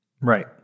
Right